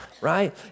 right